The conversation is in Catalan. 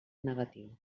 negatiu